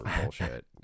bullshit